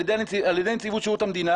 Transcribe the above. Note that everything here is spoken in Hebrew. על ידי נציבות שירות המדינה,